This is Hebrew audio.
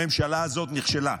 הממשלה הזאת נכשלה.